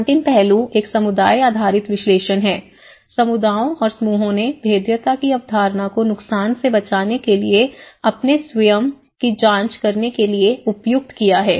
अंतिम पहलू एक समुदाय आधारित विश्लेषण है समुदायों और समूहों ने भेद्यता की अवधारणा को नुकसान से बचाने के लिए अपने स्वयं के जोखिम की जांच करने के लिए उपयुक्त किया है